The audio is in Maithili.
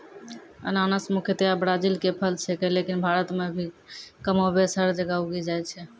अनानस मुख्यतया ब्राजील के फल छेकै लेकिन भारत मॅ भी कमोबेश हर जगह उगी जाय छै